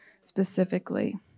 specifically